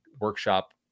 workshop